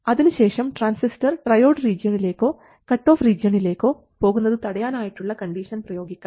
അതിനുശേഷം transistor triode റീജിയണിലേക്കോ cutoff റീജിയണിലേക്കോ പോകുന്നത് തടയാനായിട്ടുള്ള കണ്ടീഷൻ പ്രയോഗിക്കാം